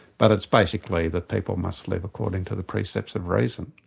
but it's basically that people must live according to the precepts of reason.